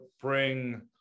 bring –